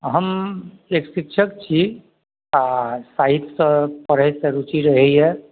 हम एक शिक्षक छी आ सहित्य सऽ पढ़य के रूचि रहैया